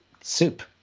soup